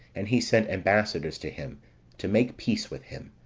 and he sent ambassadors to him to make peace with him,